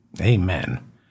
Amen